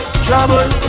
Trouble